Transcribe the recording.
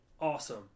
awesome